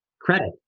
credit